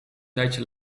tijdje